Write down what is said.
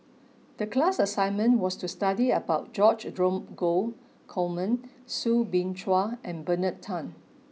the class assignment was to study about George Dromgold Coleman Soo Bin Chua and Bernard Tan